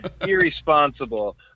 irresponsible